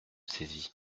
saisit